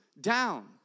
down